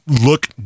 look